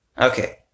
Okay